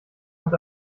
hat